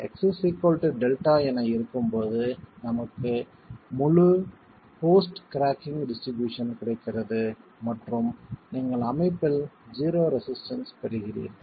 எனவே x Δ என இருக்கும்போது நமக்கு முழு போஸ்ட் கிராகிங் டிஸ்ட்ரிபியூஷன் கிடைக்கிறது மற்றும் நீங்கள் அமைப்பில் 0 ரெசிஸ்டன்ஸ் பெறுகிறீர்கள்